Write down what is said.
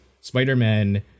spider-man